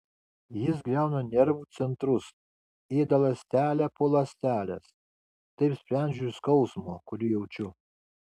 jis griauna nervų centrus ėda ląstelę po ląstelės taip sprendžiu iš skausmo kurį jaučiu